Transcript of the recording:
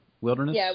Wilderness